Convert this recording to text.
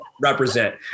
represent